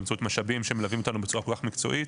באמצעות המשאבים במלווים אותנו בצורה מקצועית.